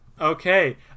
Okay